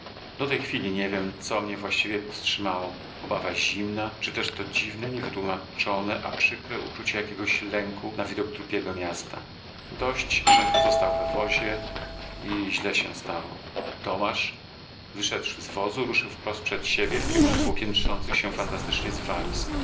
do tej chwili nie wiem co mnie właściwie powstrzymało obawa zimna czy też to dziwne niewytłumaczone a przykre uczucie jakiegoś lęku na widok trupiego miasta dość żem pozostał we wozie i źle się stało tomasz wyszedłszy z wozu ruszył wprost przed siebie w kierunku piętrzących się fantastycznie